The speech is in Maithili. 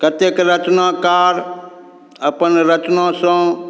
कतेक रचनाकार अपन रचनासँ